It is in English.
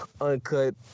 uncut